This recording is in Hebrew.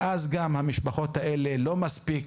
ואז, המשפחות האלה, לא מספיק